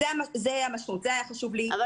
זה היה חשוב לי לומר.